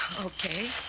Okay